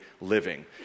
living